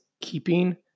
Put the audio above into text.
keeping